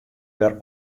wer